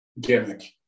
Gimmick